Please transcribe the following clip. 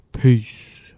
Peace